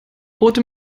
rote